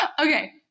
okay